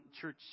church